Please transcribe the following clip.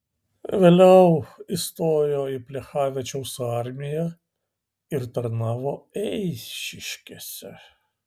vėliau įstojo į plechavičiaus armiją ir tarnavo eišiškėse